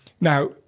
now